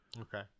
Okay